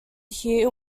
here